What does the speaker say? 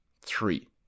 three